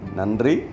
Nandri